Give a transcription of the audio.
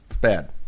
bad